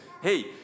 hey